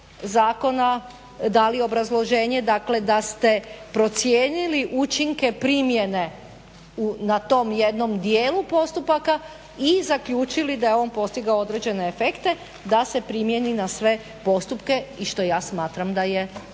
zakona dali obrazloženje, dakle da ste procijenili učinke primjene na tom jednom dijelu postupaka i zaključili da je on postigao određene efekte da se primijeni na sve postupke i što ja smatram da je dobro.